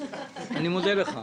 אני מודה לך.